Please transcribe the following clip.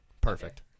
Perfect